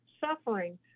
suffering